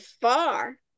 far